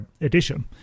edition